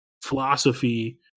philosophy